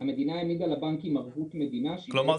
תחילת